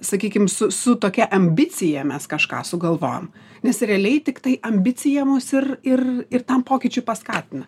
sakykim su su tokia ambicija mes kažką sugalvojom nes realiai tiktai ambicija mus ir ir ir tam pokyčiui paskatina